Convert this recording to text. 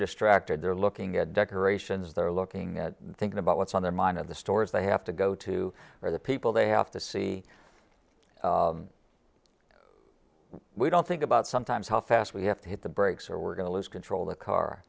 distracted they're looking at decorations they're looking at thinking about what's on their mind of the stores they have to go to where the people they have to see we don't think about sometimes how fast we have to hit the brakes or we're going to lose control the car